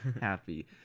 happy